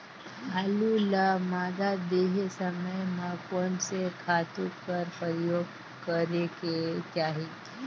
आलू ल मादा देहे समय म कोन से खातु कर प्रयोग करेके चाही?